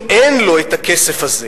אם אין לו את הכסף הזה